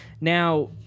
Now